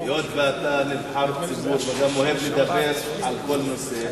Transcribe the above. היות שאתה נבחר ציבור, וגם אוהב לדבר על כל נושא,